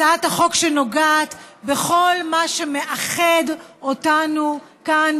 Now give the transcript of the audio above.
הצעת החוק שנוגעת בכל מה שמאחד אותנו כאן,